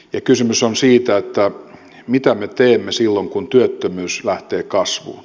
ja kysymys on siitä mitä me teemme silloin kun työttömyys lähtee kasvuun